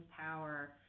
power